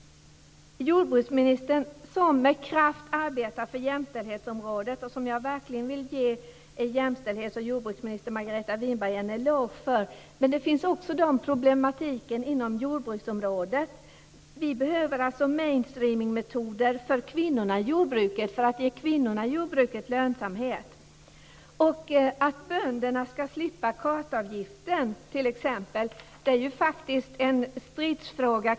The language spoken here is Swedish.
Jordbruksministern arbetar med kraft på jämställdhetsområdet, som jag verkligen vill ge jämställdhets och jordbruksminister Margareta Winberg en eloge för. Med den problematiken finns också inom jordbruksområdet. Vi behöver mainstreamingmetoder för kvinnorna i jordbruket, så att de får förutsättningar att nå lönsamhet. Att bönderna ska slippa kartavgiften, t.ex., är faktiskt en stridsfråga.